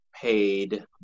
paid